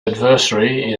adversary